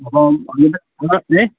അപ്പം അതിൻ്റെ ഗുണം ഏ